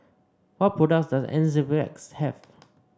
what products does Enzyplex have